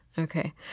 Okay